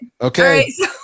Okay